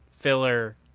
filler